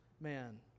man